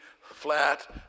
flat